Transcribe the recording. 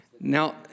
Now